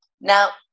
Now